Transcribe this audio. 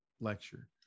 lecture